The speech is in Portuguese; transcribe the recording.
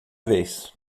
vez